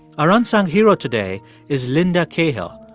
our unsung hero today is linda cahill,